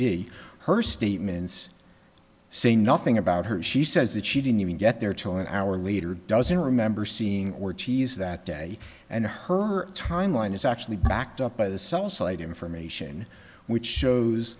d her statements say nothing about her she says that she didn't even get there till an hour later doesn't remember seeing ortiz that day and her timeline is actually backed up by the cell site information which shows